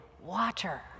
water